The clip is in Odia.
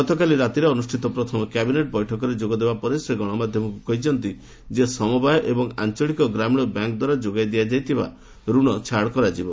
ଗତକାଲି ରାତିରେ ଅନୁଷ୍ଠିତ ପ୍ରଥମ କ୍ୟାବିନେଟ୍ ବୈଠକରେ ଯୋଗଦେବା ପରେ ସେ ଗଣମାଧ୍ୟମକୁ କହିଛନ୍ତି ଯେ ସମବାୟ ଏବଂ ଆଞ୍ଚଳିକ ଗ୍ରାମୀଣ ବ୍ୟାଙ୍କ ଦ୍ୱାରା ଯୋଗାଇ ଦିଆଯାଉଥିବା ରଣ ଛାଡ଼ କରାଯିବ